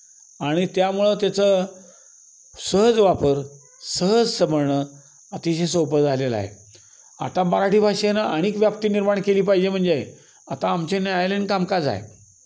आणि त्यामुळं त्याचं सहज वापर सहज समजणं अतिशय सोपं झालेलं आहे आता मराठी भाषेनं आणिक व्याप्ती निर्माण केली पाहिजे म्हणजे आता आमचे न्यायालयीन कामकाज आहे